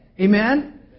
Amen